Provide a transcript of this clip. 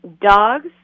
dogs